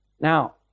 Now